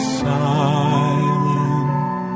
silent